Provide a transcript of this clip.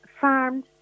farmed